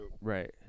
Right